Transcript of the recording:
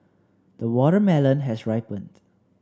the watermelon has ripened